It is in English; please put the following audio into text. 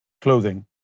clothing